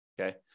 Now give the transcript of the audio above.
okay